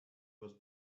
was